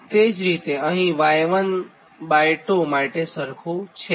તે જ રીતે અહીં Y12 માટે સરખુ છે